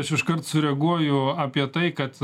aš jau iškart sureaguoju apie tai kad